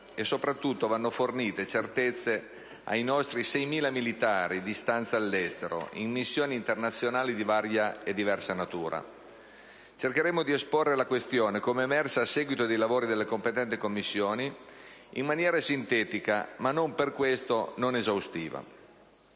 e, soprattutto, vanno fornite certezze ai nostri 6.000 militari di stanza all'estero in missioni internazionali di varia natura, quindi cercheremo di esporre la questione, come emersa a seguito dei lavori delle competenti Commissioni, in maniera sintetica, ma non per questo non esaustiva.